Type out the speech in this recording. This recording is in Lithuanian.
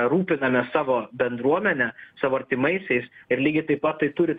rūpinamės savo bendruomene savo artimaisiais ir lygiai taip pat tai turi